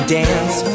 dance